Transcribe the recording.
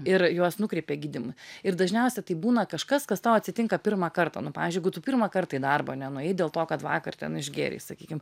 ir juos nukreipė gydymui ir dažniausia tai būna kažkas kas tau atsitinka pirmą kartą nu pavyzdžiui jeigu tu pirmą kartą į darbą nenuėjai dėl to kad vakar ten išgėrei sakykim